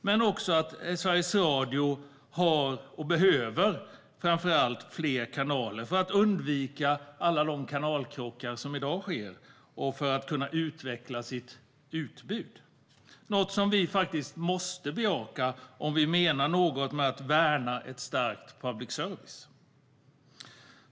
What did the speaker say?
Men också Sveriges Radio behöver fler kanaler för att undvika alla de kanalkrockar som i dag sker och för att kunna utveckla sitt utbud. Det är något som vi faktiskt måste bejaka om vi menar något med att värna ett starkt public service.